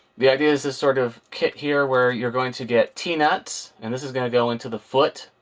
the idea is this sort of kit here where you're going to get t-nuts. and this is going to go into the foot.